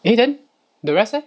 eh then the rest leh